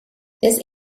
this